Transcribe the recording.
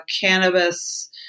cannabis